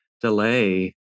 delay